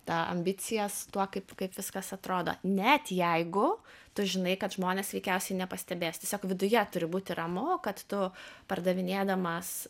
ta ambicija su tuo kaip kaip viskas atrodo net jeigu tu žinai kad žmonės veikiausiai nepastebės tiesiog viduje turi būti ramu kad tu pardavinėdamas